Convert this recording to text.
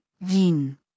Wien